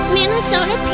Minnesota